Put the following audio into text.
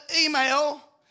email